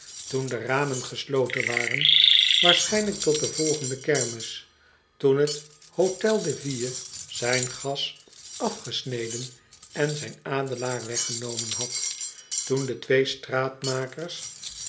toen de ramen gesloten waren waarschijnlijk tot de volgende kermis toen t hotel de ville zijn gas afgesneden en zijn adelaar weggenomen had toen de twee